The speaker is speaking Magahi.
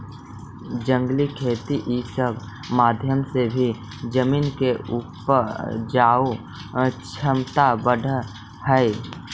जंगली खेती ई सब के माध्यम से भी जमीन के उपजाऊ छमता बढ़ हई